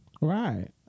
Right